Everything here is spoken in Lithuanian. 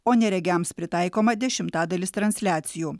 o neregiams pritaikoma dešimtadalis transliacijų